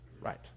Right